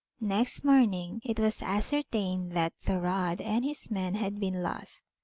next morning it was ascertained that thorodd and his men had been lost,